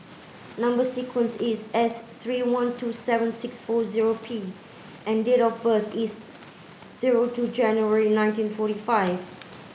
number sequence is S three one two seven six four zero P and date of birth is zero two January nineteen forty five